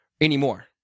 anymore